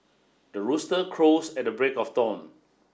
the rooster crows at the break of dawn